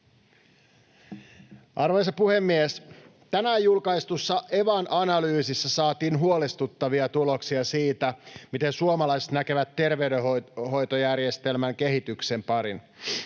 Arvoisa puhemies! Tänään julkaistussa Evan analyysissa saatiin huolestuttavia tuloksia siitä, miten suomalaiset näkevät terveydenhoitojärjestelmän kehityksen parin